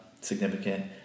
significant